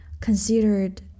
considered